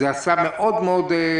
זה עשה קושי גדול אצלנו